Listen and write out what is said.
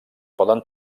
poden